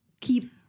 Keep